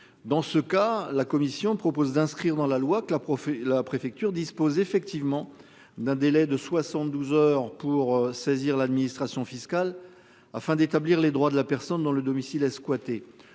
Dans ce cas, la commission propose d'inscrire dans la loi que la prof et la préfecture dispose effectivement d'un délai de 72 heures pour saisir l'administration fiscale afin d'établir les droits de la personne dont le domicile a squatté.